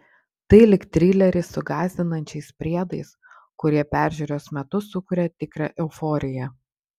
tai lyg trileris su gąsdinančiais priedais kurie peržiūros metu sukuria tikrą euforiją